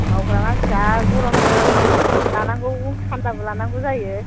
मावग्रानि फिसा गरमबो लानांगौ थानदाबो लानांगौ जायो